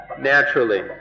naturally